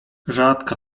rzadka